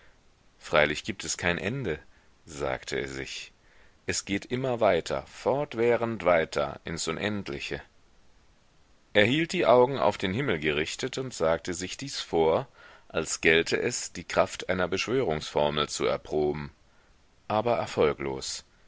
freilich gibt es kein ende sagte er sich es geht immer weiter fortwährend weiter ins unendliche er hielt die augen auf den himmel gerichtet und sagte sich dies vor als gälte es die kraft einer beschwörungsformel zu erproben aber erfolglos